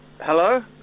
Hello